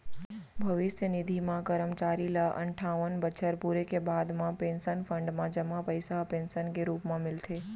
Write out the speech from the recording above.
भविस्य निधि म करमचारी ल अनठावन बछर पूरे के बाद म पेंसन फंड म जमा पइसा ह पेंसन के रूप म मिलथे